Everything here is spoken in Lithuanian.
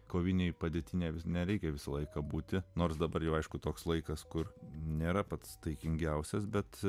kovinėje padėtyje nes nereikia visą laiką būti nors dabar jau aišku toks laikas kur nėra pats taikingiausias bet